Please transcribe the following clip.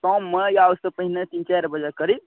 शाममे या ओहिसँ पहिने तीन चारि बजे करीब